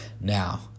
now